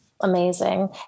Amazing